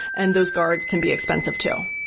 and those guards can be expensive too